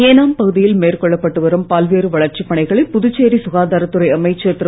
ஏனாம் பகுதியில் மேற்கொள்ளப்பட்டு வரும் பல்வேறு வளர்ச்சிப் பணிகளை புதுச்சேரி சுகாதாரத்துறை அமைச்சர் திரு